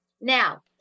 now